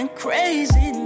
crazy